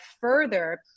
further